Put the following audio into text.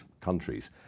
countries